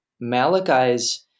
Malachi's